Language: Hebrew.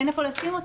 אין איפה לשים אותו.